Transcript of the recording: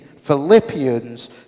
Philippians